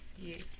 yes